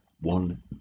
one